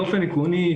באופן עקרוני,